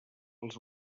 als